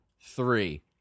three